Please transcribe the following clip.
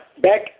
back